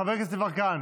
חבר הכנסת יברקן?